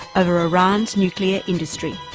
over iran's nuclear industry.